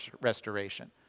restoration